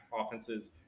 offenses